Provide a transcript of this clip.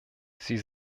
sie